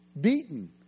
Beaten